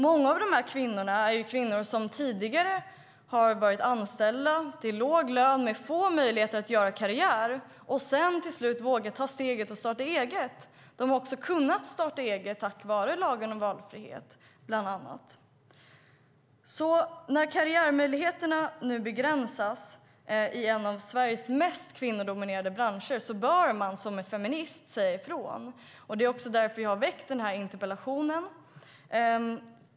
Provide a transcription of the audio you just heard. Många av dessa kvinnor är kvinnor som tidigare har varit anställda med låg lön och haft få möjligheter att göra karriär och som sedan till slut vågat ta steget att starta eget. De har också kunnat starta eget tack vare lagen om valfrihet, bland annat. När karriärmöjligheterna nu begränsas i en av Sveriges mest kvinnodominerade branscher bör man som feminist säga ifrån. Det är också därför jag har ställt den här interpellationen.